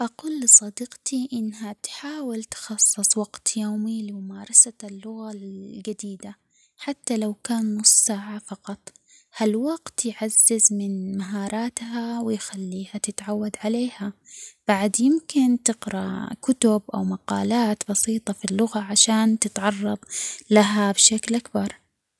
أقول لصديقتي إنها تحاول تخصص وقت يومي لممارسة اللغة الجديدة حتى لو كان نص ساعة فقط هالوقت يعزز من مهاراتها ويخليها تتعود عليها بعد يمكن تقرا كتب أو مقالات بسيطة في اللغة عشان تتعرض لها بشكل أكبر.